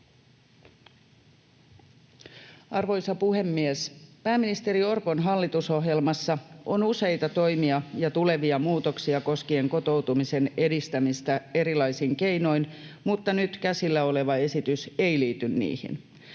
Arvoisa puhemies! Pääministeri Orpon hallitusohjelmassa on useita toimia ja tulevia muutoksia koskien kotoutumisen edistämistä erilaisin keinoin, mutta nyt käsillä oleva esitys ei liity niihin.